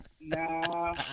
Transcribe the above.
Nah